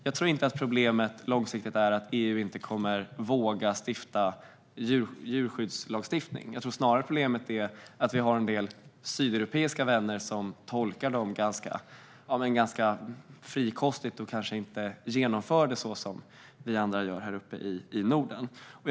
Jag tror inte att problemet långsiktigt är att EU inte kommer att våga stifta djurskyddslagar, utan jag tror snarare att problemet är att vi har en del sydeuropeiska vänner som tolkar dessa lagar ganska fritt och kanske inte genomför saker och ting som vi andra här uppe i Norden gör.